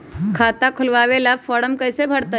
खाता खोलबाबे ला फरम कैसे भरतई?